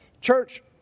Church